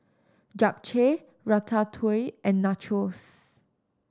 Japchae Ratatouille and Nachos